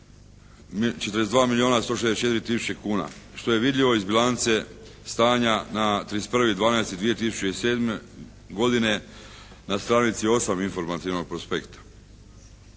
42 milijuna 164 tisuće kuna, što je vidljivo iz bilance stanja na 31.12.2007. godine na stranici 8 informativnog prospekta.